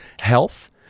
health